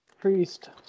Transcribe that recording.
Priest